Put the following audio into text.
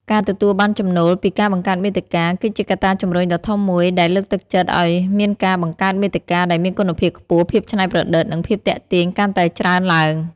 ការទទួលបានចំណូលពីការបង្កើតមាតិកា គឺជាកត្តាជំរុញដ៏ធំមួយដែលលើកទឹកចិត្តឱ្យមានការបង្កើតមាតិកាដែលមានគុណភាពខ្ពស់ ភាពច្នៃប្រឌិត និងភាពទាក់ទាញកាន់តែច្រើនឡើង។